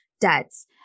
debts